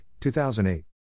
2008